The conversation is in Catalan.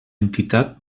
entitat